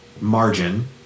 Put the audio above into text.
margin